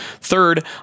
Third